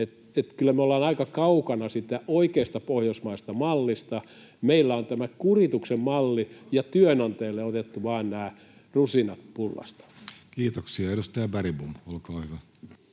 Kyllä me ollaan aika kaukana siitä oikeasta pohjoismaisesta mallista. Meillä on tämä kurituksen malli, ja työnantajille on otettu vain nämä rusinat pullasta. Kiitoksia. — Edustaja Bergbom, olkaa hyvä.